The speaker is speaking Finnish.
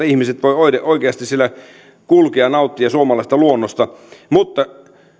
ihmiset voivat oikeasti siellä kulkea nauttia suomalaisesta luonnosta mutta